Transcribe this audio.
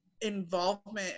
involvement